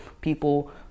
people